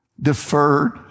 deferred